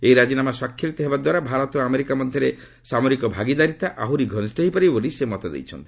ଏହି ରାଜିନାମା ସ୍ୱାକ୍ଷରିତ ହେବା ଦ୍ୱାରା ଭାରତ ଓ ଆମେରିକା ମଧ୍ୟରେ ସାମରିକ ଭାଗିଦାରିତା ଆହୁରି ଘନିଷ୍ଠ ହୋଇପାରିବ ବୋଲି ସେ ମତ ଦେଇଛନ୍ତି